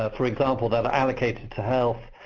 ah for example, that are allocated to health,